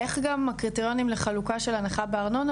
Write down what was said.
איך גם הקריטריונים לחלוקה של הנחה בארנונה,